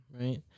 right